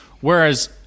Whereas